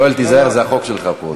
יואל, תיזהר, זה החוק שלך פה.